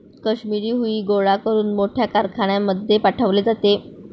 काश्मिरी हुई गोळा करून मोठ्या कारखान्यांमध्ये पाठवले जाते